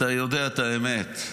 אתה יודע את האמת.